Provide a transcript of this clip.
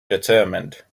determined